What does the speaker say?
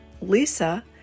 lisa